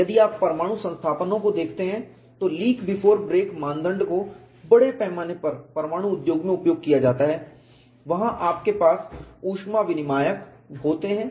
यदि आप परमाणु संस्थापनों को देखते हैं तो लीक बिफोर ब्रेक मानदंड को बड़े पैमाने पर परमाणु उद्योग में उपयोग किया जाता है जहां आपके पास ऊष्मा विनिमायक हीट एक्सचेंजर्स होते हैं